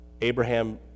Abraham